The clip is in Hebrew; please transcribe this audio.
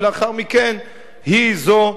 ולאחר מכן היא זו,